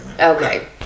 Okay